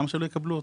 למה שלא יקבלו אותו?